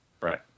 Right